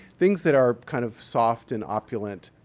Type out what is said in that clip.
things that are kind of soft and opulent,